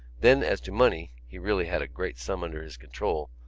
then as to money he really had a great sum under his control.